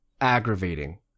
aggravating